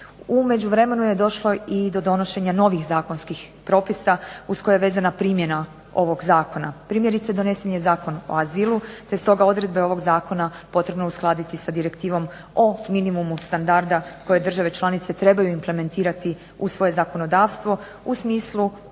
U međuvremenu je došlo do donošenja novih Zakonskih propisa uz koje je vezana primjena ovog Zakona. Primjerice donesen je Zakon o azilu te stoga je potrebe ovog Zakona potrebno uskladiti sa direktivom o minimumu standarda koje države članice trebaju implementirati u svoje zakonodavstvo u smislu